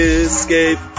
escape